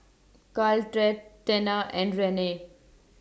Caltrate Tena and Rene